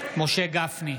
משה גפני,